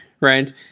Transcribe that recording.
right